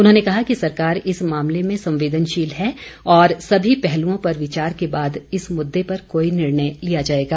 उन्होंने कहा कि सरकार इस मामले में संवेदनशील है और सभी पहलुओं पर विचार के बाद इस मुद्दे पर कोई निर्णय लिया जाएगा